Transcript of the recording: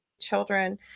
children